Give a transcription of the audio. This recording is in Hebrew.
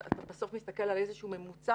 בסוף מסתכלים על איזשהו ממוצע,